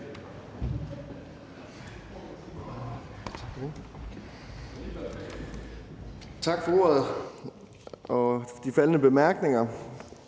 Tak for ordet og de faldne bemærkninger.